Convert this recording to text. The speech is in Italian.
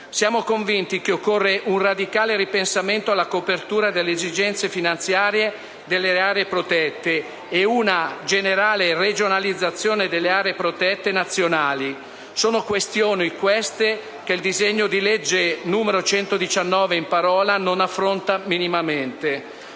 Siamo convinti che occorra un radicale ripensamento alla copertura delle esigenze finanziarie delle aree protette e una generale regionalizzazione delle aree protette nazionali. Sono questioni, queste, che il disegno di legge n. 119 non affronta minimamente.